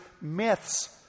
myths